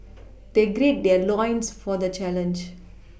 they gird their loins for the challenge